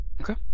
Okay